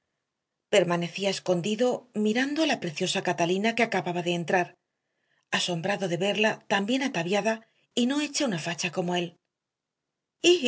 permanecía escondido mirando a la preciosa catalina que acababa de entrar asombrado de verla tan bien ataviada y no hecha una facha como él